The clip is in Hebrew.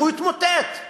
הוא יתמוטט.